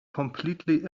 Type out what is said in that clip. completely